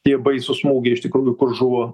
tie baisūs smūgiai iš tikrųjų kur žuvo